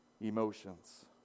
emotions